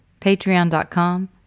patreon.com